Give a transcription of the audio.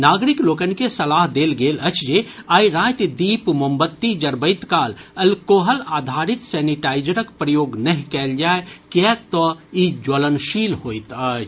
नागरिक लोकनि के सलाह देल गेल अछि जे आइ राति दीप मोमबत्ती जरबैत काल एल्कोहल आधारित सैनिटाइजरक प्रयोग नहि कयल जाय किएक तऽ ई ज्वलनशील होइत अछि